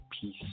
peace